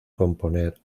componer